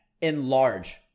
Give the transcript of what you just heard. enlarge